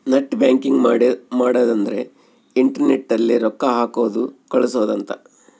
net banking ಮಾಡದ ಅಂದ್ರೆ internet ಅಲ್ಲೆ ರೊಕ್ಕ ಹಾಕೋದು ಕಳ್ಸೋದು ಅಂತ